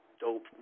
dope